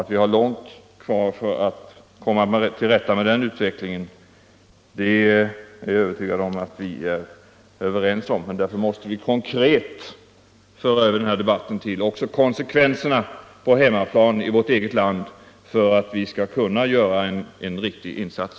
Jag är övertygad om att vi är överens om att det blir svårt att bryta den utvecklingen. Men vi måste konkret föra över den här debatten även till konsekvenserna på hemmaplan, i vårt eget land, för att vi skall kunna göra en verklig insats.